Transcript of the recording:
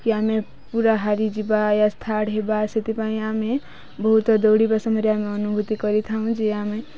କି ଆମେ ପୁରା ହାରିଯିବା ୟା ଥାର୍ଡ଼ ହେବା ସେଥିପାଇଁ ଆମେ ବହୁତ ଦୌଡ଼ିବା ସମୟରେ ଆମେ ଅନୁଭୂତି କରିଥାଉଁ ଯେ ଆମେ